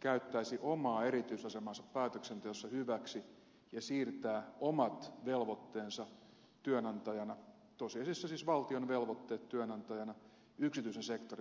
käyttäisi omaa erityisasemaansa päätöksenteossa hyväksi ja siirtäisi omat velvoitteensa työnantajana tosiasiassa siis valtion velvoitteet työnantajana yksityisen sektorin maksettaviksi